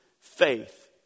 faith